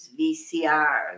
VCRs